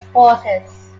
forces